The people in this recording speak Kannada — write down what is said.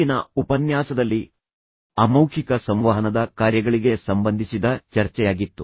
ಹಿಂದಿನ ಉಪನ್ಯಾಸದಲ್ಲಿ ಅಮೌಖಿಕ ಸಂವಹನದ ಕಾರ್ಯಗಳಿಗೆ ಸಂಬಂಧಿಸಿದ ಚರ್ಚೆಯಾಗಿತ್ತು